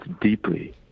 deeply